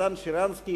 נתן שרנסקי,